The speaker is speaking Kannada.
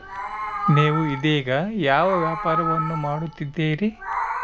ನೇವು ಇದೇಗ ಯಾವ ವ್ಯಾಪಾರವನ್ನು ಮಾಡುತ್ತಿದ್ದೇರಿ?